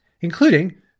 including